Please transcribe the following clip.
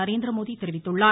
நரேந்திரமோடி தெரிவித்துள்ளார்